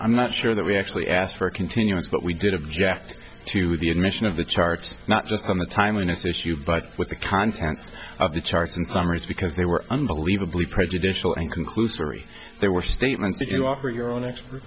i'm not sure that we actually asked for a continuance but we did object to the admission of the charts not just on the timeliness issue but with the contents of the charts and summaries because they were unbelievably prejudicial and conclusory there were statements that you offer your own expert